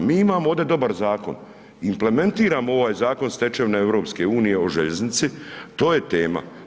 Mi imamo ovdje dobar zakon, implementiramo ovaj zakon stečevina EU o željeznici, to je tema.